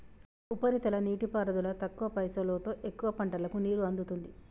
ఉపరితల నీటిపారుదల తక్కువ పైసలోతో ఎక్కువ పంటలకు నీరు అందుతుంది